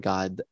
God